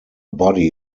body